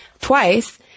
twice